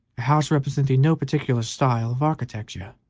house representing no particular style of architecture,